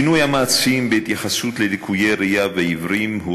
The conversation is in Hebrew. השינוי המעצים בהתייחסות ללקויי ראייה ועיוורים הוא